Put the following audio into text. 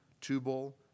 Tubal